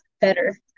better